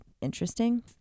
interesting